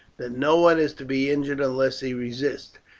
that no one is to be injured unless he resists.